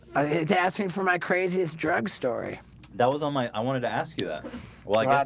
i hate asking for my craziest drug story that was on my i wanted to ask you that well. yeah